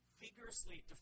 vigorously